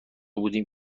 بودیم